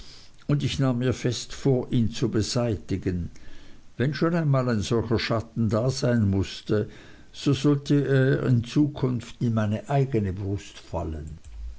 und ich nahm mir fest vor ihn zu beseitigen wenn schon einmal ein solcher schatten da sein mußte so sollte er in zukunft in meine eigne brust fallen